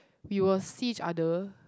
we will see each other